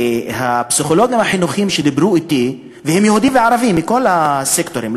הפסיכולוגים החינוכיים שדיברו אתי הם יהודים וערבים מכל הסקטורים,